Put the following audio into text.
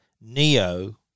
Neo